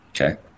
Okay